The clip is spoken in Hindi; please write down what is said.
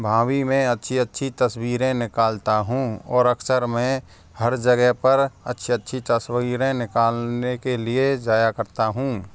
वहाँ भी मैं अच्छी अच्छी तस्वीरें निकालता हूँ और अक्सर मैं हर जगह पर अच्छी अच्छी तस्वीरें निकालने के लिए जाया करता हूँ